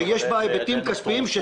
שיש בה היבטים כספיים.